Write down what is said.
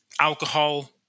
alcohol